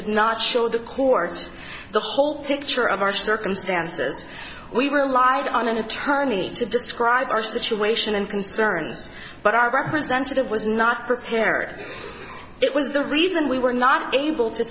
did not show the course the whole picture of our circumstances we relied on an attorney to describe our situation and concerns but our representative was not prepared it was the reason we were not able to